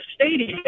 stadium